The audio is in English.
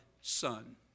son